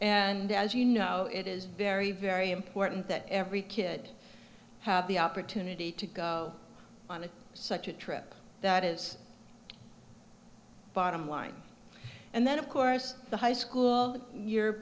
and as you know it is very very important that every kid have the opportunity to go on such a trip that is bottom line and then of course the high school y